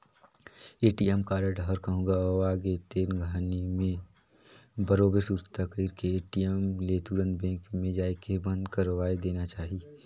ATM card ह कहूँ गवा गे तेन घरी मे बरोबर सुरता कइर के ए.टी.एम ले तुंरत बेंक मे जायके बंद करवाये देना चाही